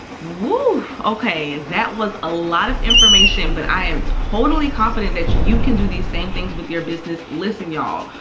woah! okay, that was a lot of information, but i am totally confident that you can do these same things with your business. listen, y'all,